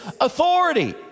authority